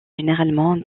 généralement